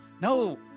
No